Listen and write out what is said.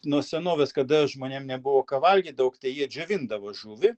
nuo senovės kada žmonėm nebuvo ką valgyt daug tai jie džiovindavo žuvį